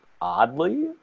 oddly